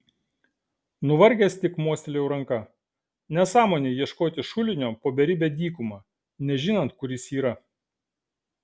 nuvargęs tik mostelėjau ranka nesąmonė ieškoti šulinio po beribę dykumą nežinant kur jis yra